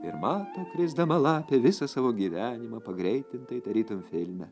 ir mato krisdama lapė visą savo gyvenimą pagreitintai tarytum filme